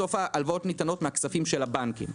בסוף ההלוואות ניתנות מהכספים של הבנקים.